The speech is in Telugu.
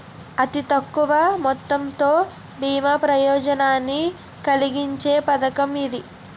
అతి తక్కువ మొత్తంతో బీమా ప్రయోజనాన్ని కలిగించే పథకం ఇది